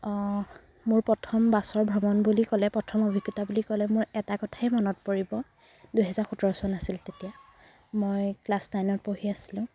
মোৰ প্ৰথম বাছৰ ভ্ৰমণ বুলি ক'লে প্ৰথম অভিজ্ঞতা বুলি ক'লে মোৰ এটা কথাই মনত পৰিব দুহেজাৰ সোতৰ চন আছিল তেতিয়া মই ক্লাছ নাইনত পঢ়ি আছিলোঁ